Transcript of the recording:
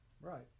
right